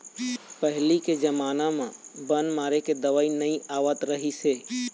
पहिली के जमाना म बन मारे के दवई नइ आवत रहिस हे